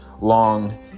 long